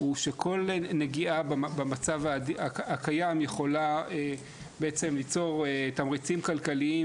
הוא שכל נגיעה במצב הקיים יכולה ליצור תמריצים כלכליים